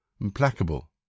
implacable